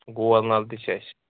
گول نال تہِ چھِ اَسہِ